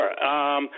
Sure